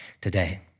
today